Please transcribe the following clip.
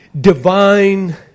Divine